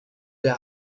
der